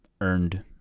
earned